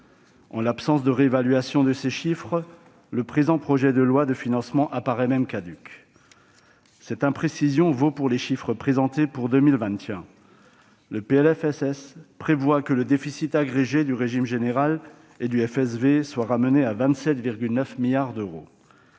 en l'absence de réévaluation de ces chiffres, le présent projet de loi de financement semble même caduc ... Cette imprécision vaut aussi pour les chiffres relatifs à 2021 ; le PLFSS prévoit que le déficit agrégé du régime général et du FSV sera ramené à 27,9 milliards d'euros.